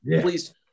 please